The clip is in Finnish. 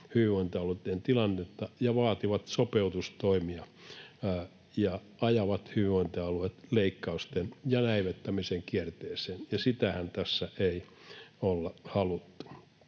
hyvinvointialueitten tilannetta, vaativat sopeutustoimia ja ajavat hyvinvointialueet leikkausten ja näivettämisen kierteeseen. Sitähän tässä ei olla haluttu.